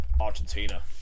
Argentina